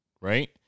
Right